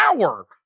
hour